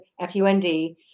F-U-N-D